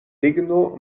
ligno